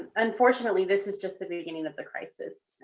unfortunately this is just the beginning of the crisis.